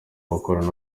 bakorana